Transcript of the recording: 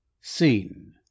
Scene